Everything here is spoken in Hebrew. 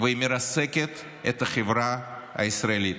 והיא מרסקת את החברה הישראלית.